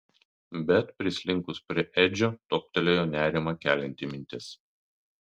bet prislinkus prie edžio toptelėjo nerimą kelianti mintis